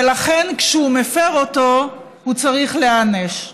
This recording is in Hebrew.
ולכן כשהוא מפר אותו, הוא צריך להיענש.